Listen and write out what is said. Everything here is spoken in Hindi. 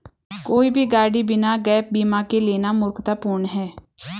कोई भी गाड़ी बिना गैप बीमा के लेना मूर्खतापूर्ण है